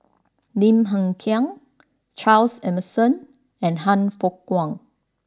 Lim Hng Kiang Charles Emmerson and Han Fook Kwang